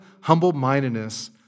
humble-mindedness